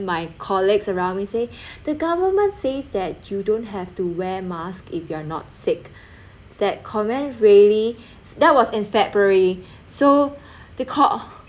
my colleagues around me say the government says that you don't have to wear mask if you are not sick that comment really that was in february so the call